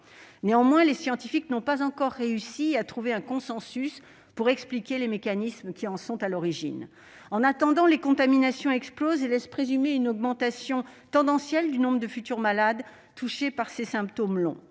Néanmoins, les scientifiques n'ont pas encore pu atteindre un consensus quant aux mécanismes qui en sont à l'origine. En attendant, les contaminations explosent et laissent présumer une augmentation tendancielle du nombre de malades touchés par les symptômes longs.